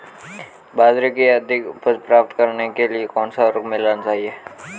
बाजरे की अधिक उपज प्राप्त करने के लिए कौनसा उर्वरक मिलाना चाहिए?